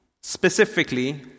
specifically